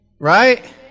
Right